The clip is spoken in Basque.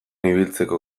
ibiltzeko